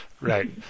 right